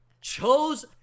chose